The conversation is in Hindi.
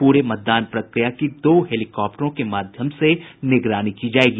पूरे मतदान प्रक्रिया की दो हेलीकाप्टरों के माध्यम से निगरानी की जायेगी